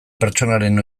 pertsonaren